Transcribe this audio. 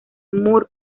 moore